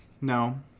No